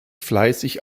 fleißig